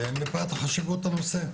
מפאת חשיבות הנושא,